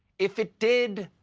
if it did,